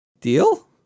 Deal